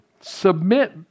Submit